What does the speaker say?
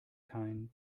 kein